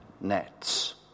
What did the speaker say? nets